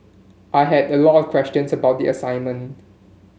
I had a lot of questions about the assignment